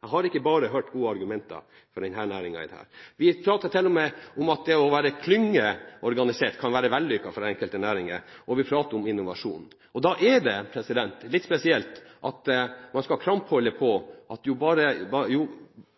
Jeg har ikke bare hørt gode argumenter for det for denne næringen. Vi prater til og med om at det å være klyngeorganisert kan være vellykket for enkelte næringer, og vi prater om innovasjon, og da er det litt spesielt at man skal tviholde på at